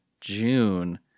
June